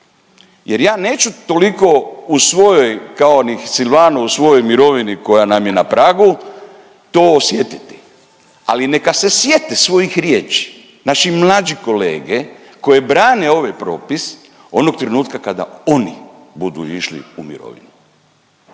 jer ja neću toliko u svojoj kao ni Silvano u svojoj mirovini koja nam je na pragu to osjetiti, ali neka se sjete svojih riječi, naši mlađi kolege koji brane ovaj propis onog trenutka kada oni budu išli u mirovinu.